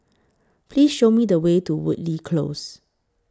Please Show Me The Way to Woodleigh Close